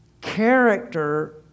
Character